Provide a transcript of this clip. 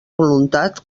voluntat